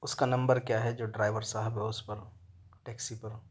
اُس کا نمبر کیا ہے جو ڈرائیور ہے صاحب اُس پر ٹیکسی پر